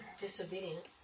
Disobedience